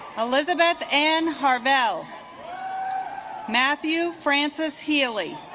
elizabeth and harvelle matthew francis healy